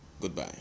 Goodbye